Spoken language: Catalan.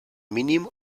mínim